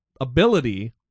ability